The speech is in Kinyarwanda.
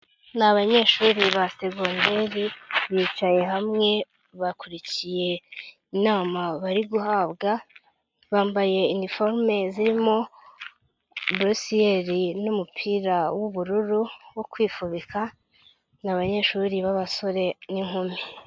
Ni abanyeshuri ba segonderi bicaye hamwe bakurikiye inama bari guhabwa, bambaye iniforume zirimo burusiyeli n'umupira w'ubururu wo kwifubika, n'abanyeshuri b'abasore n'inkumi.